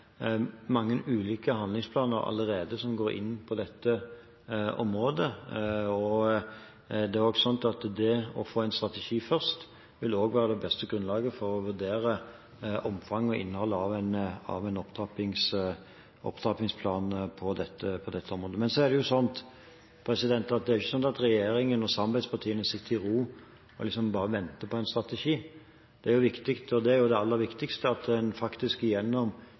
mange ulike handlingsplaner allerede som går inn på dette området, og det er også sånn at det å få en strategi først vil være det beste grunnlaget for å vurdere omfang og innhold av en opptrappingsplan på dette området. Men så er det jo ikke sånn at regjeringen og samarbeidspartiene sitter i ro og liksom bare venter på en strategi. Det er viktig – det er det aller viktigste – at en